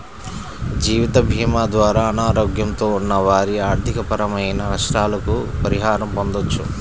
జీవితభీమా ద్వారా అనారోగ్యంతో ఉన్న వారి ఆర్థికపరమైన నష్టాలకు పరిహారం పొందవచ్చు